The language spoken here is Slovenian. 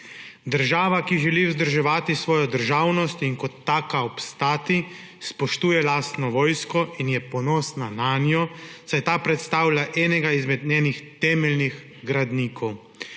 Država, ki želi vzdrževati svojo državnost in kot taka obstati, spoštuje lastno vojsko in je ponosna na njo, saj ta predstavlja enega izmed njenih temeljnih gradnikov.